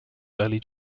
early